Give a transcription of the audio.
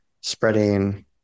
spreading